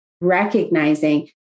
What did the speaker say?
recognizing